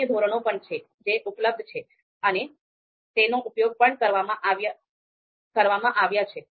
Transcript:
અન્ય ધોરણો પણ છે જે ઉપલબ્ધ છે અને તેનો ઉપયોગ પણ કરવામાં આવ્યા છે